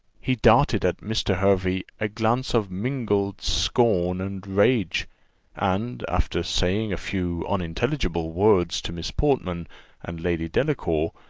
he darted at mr. hervey a glance of mingled scorn and rage and, after saying a few unintelligible words to miss portman and lady delacour,